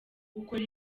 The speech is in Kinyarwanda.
ukora